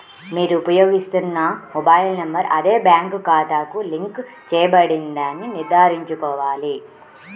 మీరు ఉపయోగిస్తున్న mobile number అదే బ్యాంక్ ఖాతాకు లింక్ చేయబడిందని నిర్ధారించుకోవాలి